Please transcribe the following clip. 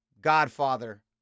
godfather